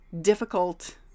difficult